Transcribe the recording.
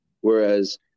whereas